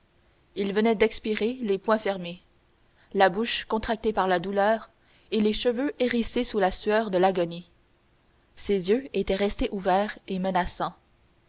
il venait d'expirer les poings fermés la bouche contractée par la douleur et les cheveux hérissés sous la sueur de l'agonie ses yeux étaient restés ouverts et menaçants